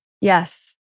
Yes